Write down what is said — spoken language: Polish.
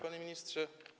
Panie Ministrze!